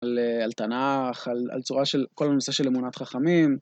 על תנ״ך, על צורה של, כל הנושא של אמונת חכמים.